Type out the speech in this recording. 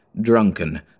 drunken